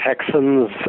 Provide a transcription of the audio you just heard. Texans